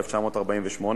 התש"ח 1948,